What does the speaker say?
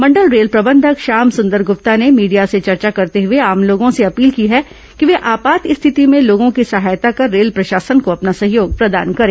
मंडल रेल प्रबंधक श्याम सुंदर गुप्ता ने मीडिया से चर्चा करते हुए आम लोगों से अपील की कि वे आपात स्थिति में लोगों की सहायता कर रेल प्रशासन को अपना सहयोग प्रदान करें